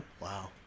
Wow